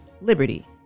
Liberty